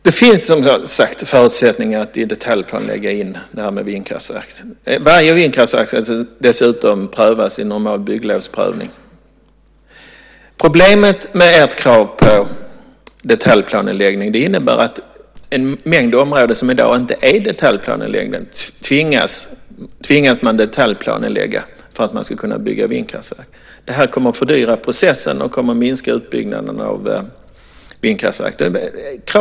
Fru talman! Det finns förutsättningar att lägga in detta med vindkraftverk i en detaljplan. Varje vindkraftverk ska dessutom prövas i en normal bygglovsprövning. Problemet med ert krav på detaljplaneläggning är att man tvingas detaljplanelägga en mängd områden som i dag inte är detaljplanelagda för att man ska kunna bygga vindkraftverk. Det här kommer att fördyra processen och minska utbyggnaden av vindkraftverk.